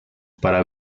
para